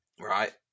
right